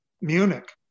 Munich